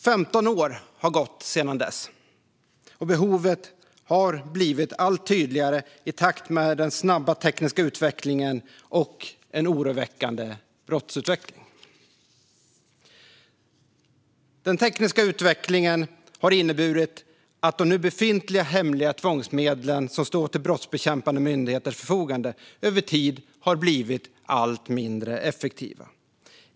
Det har gått 15 år sedan dess, och behovet har blivit allt tydligare i takt med den snabba tekniska utvecklingen och en oroväckande brottsutveckling. Den tekniska utvecklingen har inneburit att de nu befintliga hemliga tvångsmedel som står till brottsbekämpande myndigheters förfogande över tid har blivit allt mindre effektiva.